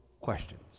questions